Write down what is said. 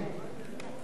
גילה גמליאל,